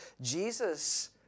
Jesus